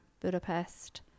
budapest